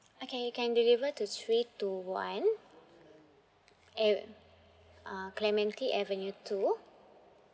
okay you can deliver to three two one a~ uh clementi avenue two